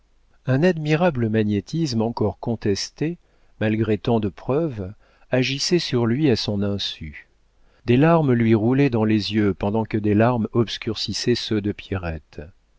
un admirable magnétisme encore contesté malgré tant de preuves agissait sur lui à son insu des larmes lui roulaient dans les yeux pendant que des larmes obscurcissaient ceux de pierrette